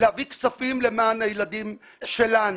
להביא כספים למען הילדים שלנו.